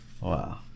Wow